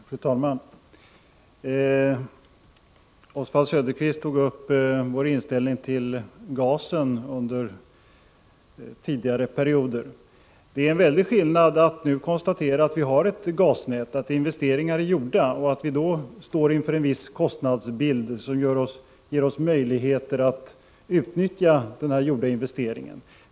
Fru talman! Oswald Söderqvist tog upp vår inställning till gasen under tidigare perioder. Det är emellertid en väldig skillnad mellan då och nu. Nu har vi ett gasnät. Investeringen är gjord och vi står inför en viss kostnadsbild, som ger oss möjlighet att utnyttja den gjorda investeringen.